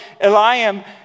Eliam